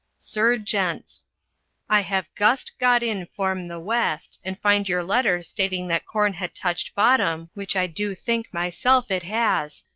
sir gents i have gust got in form the west and find your letter stating that corn had touched bottom which i do think myself it has,